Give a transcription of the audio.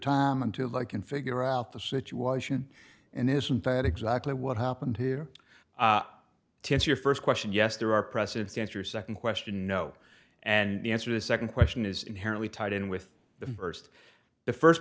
time until i can figure out the situation and isn't that exactly what happened here to answer your first question yes there are precedents the answer second question no and the answer to second question is inherently tied in with the first the first